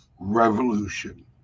revolution